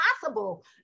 possible